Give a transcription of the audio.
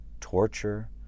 torture